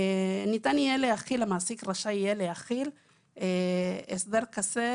המעסיק יהיה רשאי להחיל הסדר כזה,